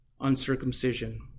uncircumcision